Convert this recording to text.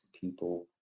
people